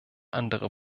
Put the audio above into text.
andere